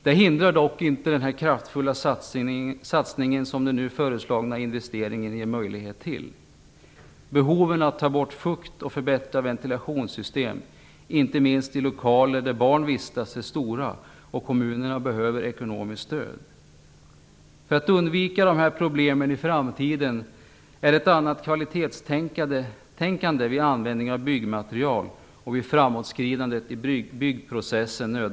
Det hindrar dock inte den kraftfulla satsningen som den nu föreslagna investeringen ger möjlighet till. Behoven att ta bort fukt och förbättra ventilationssystem är stora, inte minst i lokaler där barn vistas. Kommunerna behöver ekonomiskt stöd. För att undvika dessa problem i framtiden är det nödvändigt med ett annat kvalitetstänkande vid användning byggmaterial och vid framåtskridandet i byggprocessen.